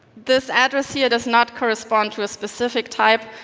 this address here does not correspond to a specific type.